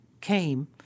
came